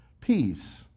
peace